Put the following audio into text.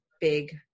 big